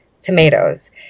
tomatoes